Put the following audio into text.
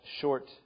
short